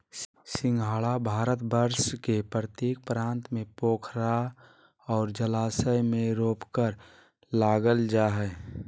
सिंघाड़ा भारतवर्ष के प्रत्येक प्रांत में पोखरा और जलाशय में रोपकर लागल जा हइ